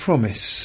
Promise